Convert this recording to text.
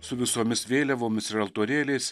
su visomis vėliavomis ir altorėliais